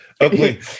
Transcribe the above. Okay